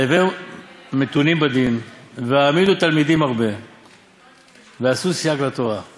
הוו מתונים בדין והעמידו תלמידים הרבה ועשו סייג לתורה";